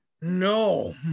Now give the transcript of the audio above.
No